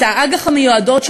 את האג"ח המיועדות,